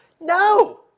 No